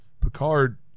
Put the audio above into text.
Picard